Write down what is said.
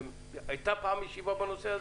הייתה פעם ישיבה בנושא הזה?